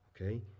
okay